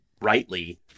rightly